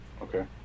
Okay